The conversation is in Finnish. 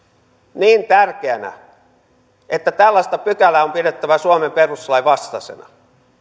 niin tärkeänä että tällaista pykälää on pidettävänä suomen perustuslain vastaisena